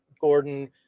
Gordon